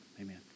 amen